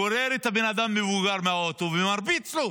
גורר את הבן אדם המבוגר מהאוטו ומרביץ לו.